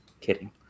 kidding